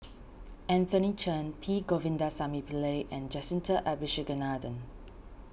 Anthony Chen P Govindasamy Pillai and Jacintha Abisheganaden